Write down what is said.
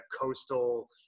coastal